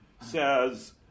says